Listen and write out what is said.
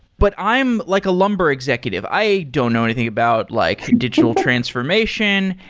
but i'm like a lumber executive. i don't know anything about like digital transformation,